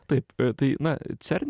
taip tai na cern